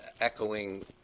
echoing